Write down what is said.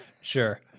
Sure